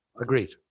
Agreed